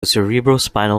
cerebrospinal